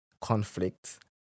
conflict